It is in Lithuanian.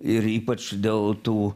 ir ypač dėl tų